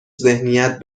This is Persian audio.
ذهنیت